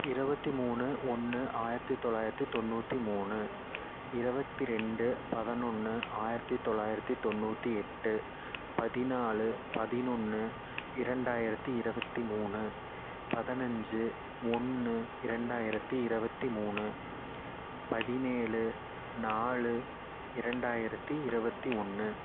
இருபத்தி மூணு ஒன்று ஆயிரத்தி தொளாயிரத்தி தொண்ணூற்றி மூணு இருபத்தி ரெண்டு பதினொன்று ஆயிரத்தி தொளாயிரத்தி தொண்ணூற்றி எட்டு பதினாலு பதினொன்று இரண்டாயிரத்தி இருபத்தி மூணு பதினஞ்சு ஒன்று இரண்டாயிரத்தி இருபத்தி மூணு பதினேழு நாலு இரண்டாயிரத்தி இருபத்தி ஒன்று